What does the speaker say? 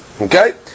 Okay